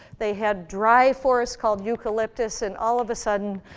they had dry forests called eucalyptus, and all of a sudden,